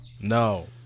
No